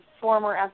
former